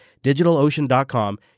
digitalocean.com